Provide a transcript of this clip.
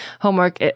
homework